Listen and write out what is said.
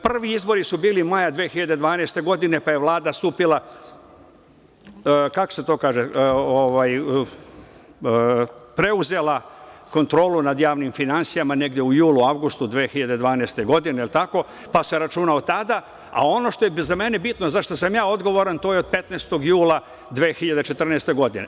Prvi izbori su bili maja 2012. godine, pa je Vlada stupila, kako se to kaže, preuzela kontrolu nad javnim finansijama negde u julu, avgustu 2012. godine, da li je tako, pa se računa od tada, a ono što je za mene bitno, za šta sam ja odgovoran, to je od 15. jula 2014. godine.